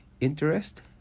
interest